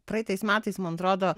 praeitais metais man atrodo